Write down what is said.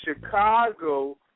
Chicago